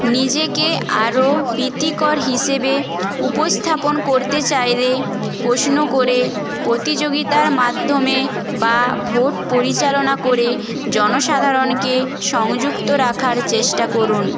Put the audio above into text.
নিজেকে আরও প্রীতিকর হিসেবে উপস্থাপন করতে চাইলে প্রশ্ন করে প্রতিযোগিতার মাধ্যমে বা ভোট পরিচালনা করে জনসাধারণকে সংযুক্ত রাখার চেষ্টা করুন